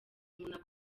monaco